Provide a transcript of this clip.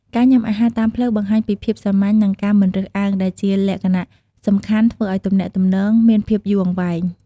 ការញ៉ាំអាហារតាមផ្លូវបង្ហាញពីភាពសាមញ្ញ និងការមិនរើសអើង ដែលជាលក្ខណៈសំខាន់ ធ្វើឲ្យទំនាក់ទំនងមានភាពយូរអង្វែង។